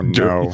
no